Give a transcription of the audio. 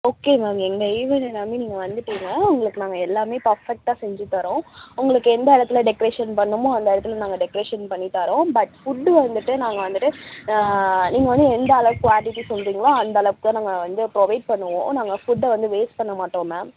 okay ma'am எங்கள் event எல்லாமே நீங்கள் வந்துவிட்டிங்கன்னா உங்களுக்கு நாங்கள் எல்லாமே பர்ஃபெக்ட்டாக செஞ்சி தரோம் உங்களுக்கு எந்த இடத்துல டெக்ரேஷன் பண்ணுமோ அந்த இடத்துல நாங்கள் டெக்ரேஷன் பண்ணி தரோம் பட் ஃபுட்டு வந்துவிட்டு நாங்கள் வந்துவிட்டு நீங்கள் வந்து எந்த அளவு குவான்ட்டிட்டி சொல்லுறிங்ளோ அந்த அளவுக்கு தான் நான் வந்து ப்ரொவைட் பண்ணுவோம் நாங்கள் ஃபுட்டை வந்து வேஸ்ட் பண்ண மாட்டோம் மேம்